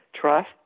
Trust